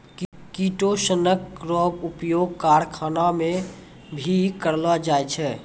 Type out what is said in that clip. किटोसनक रो उपयोग करखाना मे भी करलो जाय छै